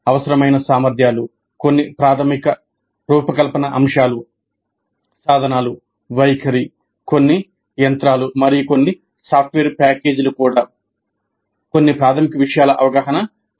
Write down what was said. అవసరమైన సామర్థ్యాలు కొన్ని ప్రాథమిక రూపకల్పన అంశాలు సాధనాలు వైఖరి కొన్ని యంత్రాలు మరియు కొన్ని సాఫ్ట్వేర్ ప్యాకేజీలు కూడా కొన్ని ప్రాథమిక విషయాల అవగాహన అవసరం